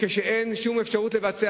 כשאין שום אפשרות לבצע?